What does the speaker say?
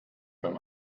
beim